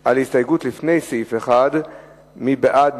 על הסתייגות לפני סעיף 1. מי בעד,